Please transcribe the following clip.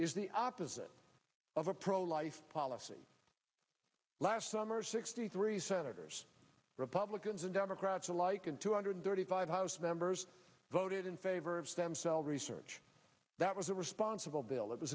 is the opposite of a pro life policy last summer sixty three senators republicans and democrats alike and two hundred thirty five house members voted in favor of stem cell research that was a responsible bil